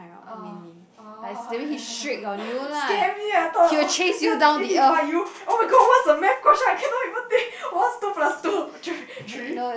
uh ah scare me eh I thought !wah! then if he bite you oh-my-god what's the math question I cannot even think what's two plus two three three